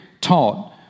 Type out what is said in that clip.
taught